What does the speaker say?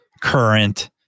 current